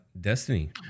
Destiny